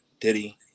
Diddy